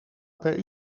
per